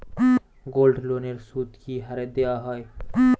গোল্ডলোনের সুদ কি হারে দেওয়া হয়?